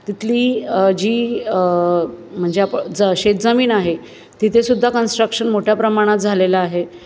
तिथली जी म्हणजे आप ज शेतजमीन आहे तिथे सुद्धा कन्स्ट्रक्शन मोठ्या प्रमाणात झालेलं आहे